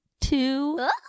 two